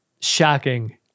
shocking